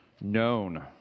known